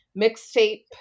mixtape